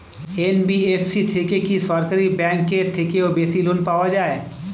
NBFC থেকে কি সরকারি ব্যাংক এর থেকেও বেশি লোন পাওয়া যায়?